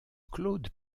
claude